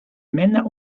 männer